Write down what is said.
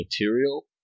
material